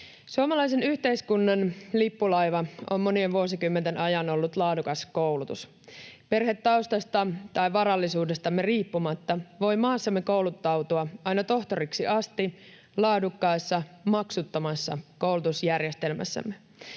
Suomalaisen yhteiskunnan lippulaiva on monien vuosikymmenten ajan ollut laadukas koulutus. Perhetaustasta tai varallisuudestamme riippumatta voi maassamme kouluttautua aina tohtoriksi asti laadukkaassa, maksuttomassa koulutusjärjestelmässämme.